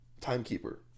timekeeper